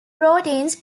proteins